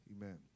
Amen